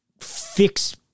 fix